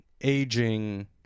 aging